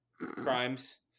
crimes